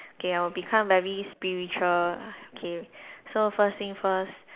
okay I'll become very spiritual okay so first thing first